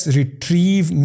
retrieve